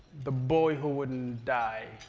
the boy who wouldn't die,